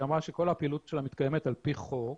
אמרה שכל הפעילות שלה מתקיימת על פי חוק